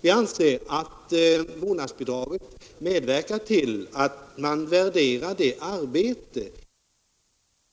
Vi anser att vårdnadsbidraget medverkar till att man värderar det arbete som ena föräldern gör genom att stanna hemma och vårda barnen. Jag träffade för några dagar sedan en kvinnlig lärare som